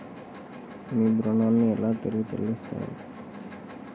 మీరు ఋణాన్ని ఎలా తిరిగి చెల్లిస్తారు?